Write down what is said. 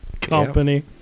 company